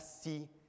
see